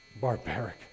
barbaric